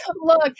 look